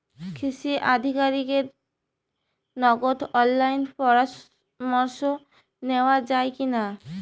কৃষি আধিকারিকের নগদ অনলাইন পরামর্শ নেওয়া যায় কি না?